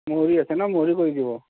মহৰি আছে ন' মহৰিয়ে কৰি দিব